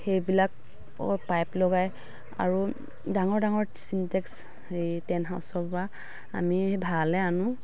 সেইবিলাক পাইপ লগাই আৰু ডাঙৰ ডাঙৰ চিনটেক্স হেৰি টেণ্ট হাউচৰ পৰা আমি ভাড়ালৈ আনো